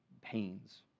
pains